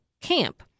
camp